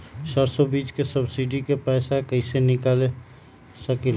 सरसों बीज के सब्सिडी के पैसा कईसे निकाल सकीले?